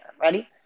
Ready